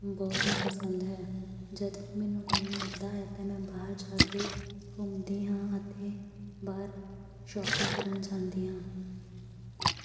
ਬਹੁਤ ਹੀ ਪਸੰਦ ਹੈ ਜਦ ਮੈਨੂੰ ਟਾਈਮ ਲੱਗਦਾ ਹੈ ਤਾਂ ਮੈਂ ਬਾਹਰ ਜਾ ਕੇ ਘੁੰਮਦੀ ਹਾਂ ਅਤੇ ਬਾਹਰ ਸ਼ੋਪਿੰਗ ਕਰਨ ਜਾਂਦੀ ਹਾਂ